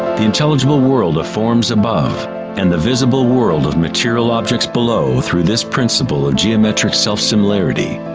the intelligible world of forms above and the visible world of material objects below, through this principle of geometric self similarity.